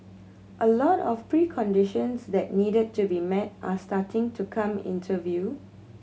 a lot of preconditions that needed to be met are starting to come into view